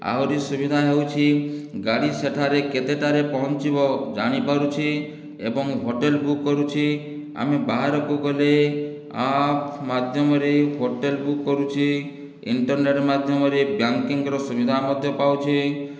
ଆହୁରି ସୁବିଧା ହେଉଛି ଗାଡ଼ି ସେଠାରେ କେତେଟାରେ ପହଞ୍ଚିବ ଜାଣିପାରୁଛି ଏବଂ ହୋଟେଲ ବୁକ୍ କରୁଛି ଆମେ ବାହାରକୁ ଗଲେ ଆପ୍ ମାଧ୍ୟମରେ ହୋଟେଲ ବୁକ୍ କରୁଛି ଇଣ୍ଟର୍ନେଟ ମାଧ୍ୟମରେ ବ୍ୟାଙ୍କିଂର ସୁବିଧା ମଧ୍ୟ ପାଉଛି